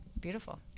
beautiful